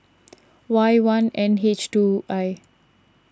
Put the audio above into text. Y one N H two I